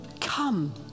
come